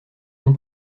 dons